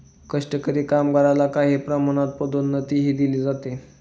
कष्टकरी कामगारला काही प्रमाणात पदोन्नतीही दिली जाते